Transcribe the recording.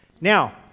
Now